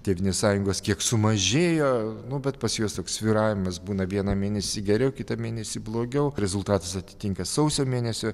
tėvynės sąjungos kiek sumažėjo nu bet pas juos toks svyravimas būna vieną mėnesį geriau kitą mėnesį blogiau rezultatas atitinka sausio mėnesio